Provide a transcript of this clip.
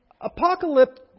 apocalypse